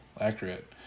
accurate